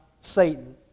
Satan